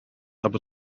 aber